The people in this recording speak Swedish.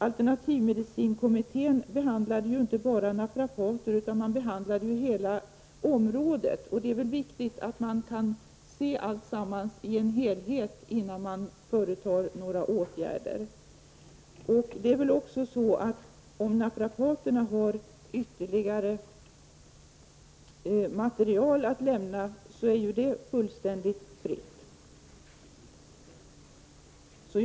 Alternativmedicinkommittén behandlar inte bara naprapater, utan hela området. Det är viktigt att man ser alltsammans i en helhet innan man vidtar några åtgärder. Om naprapaterna har ytterligare material att lämna är det fritt för dem att göra så.